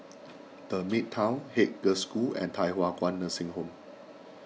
the Midtown Haig Girls' School and Thye Hua Kwan Nursing Home